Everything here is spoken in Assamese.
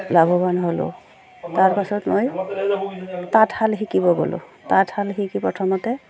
লাভৱান হ'লোঁ তাৰ পাছত মই তাঁতশাল শিকিব গ'লোঁ তাঁতশাল শিকি প্ৰথমতে